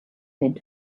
into